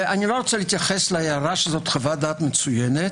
אני לא רוצה להתייחס להערה שזו חוות דעת מצוינת.